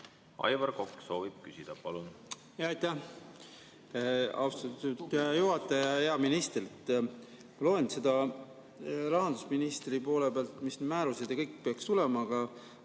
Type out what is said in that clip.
Aivar Kokk soovib küsida. Palun!